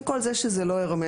עם כל זה שזה לא הרמטי.